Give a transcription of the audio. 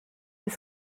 was